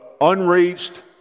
unreached